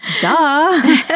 duh